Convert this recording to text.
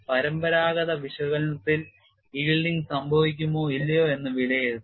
പരമ്പരാഗത വിശകലനത്തിൽ yielding സംഭവിക്കുമോ ഇല്ലയോ എന്ന് വിലയിരുത്തുക